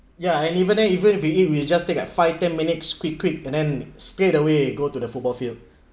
yeah and even eh even if we eat will just take like five ten minutes quick quick and then straightaway go to the football field